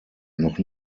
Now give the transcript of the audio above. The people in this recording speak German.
noch